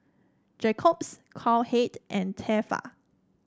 Jacob's Cowhead and Tefal